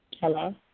Hello